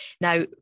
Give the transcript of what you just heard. Now